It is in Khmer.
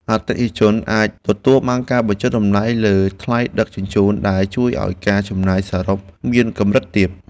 អតិថិជនអាចទទួលបានការបញ្ចុះតម្លៃលើថ្លៃដឹកជញ្ជូនដែលជួយឱ្យការចំណាយសរុបមានកម្រិតទាប។